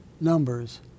numbers